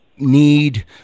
need